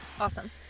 Awesome